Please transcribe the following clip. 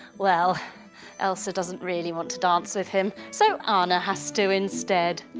well elsa doesn't really want to dance with him so anna has to instead.